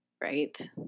right